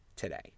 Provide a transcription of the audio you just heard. today